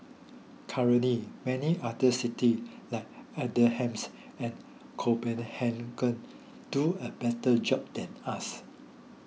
currently many other cities like Amsterdam and Copenhagen do a better job than us